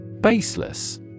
Baseless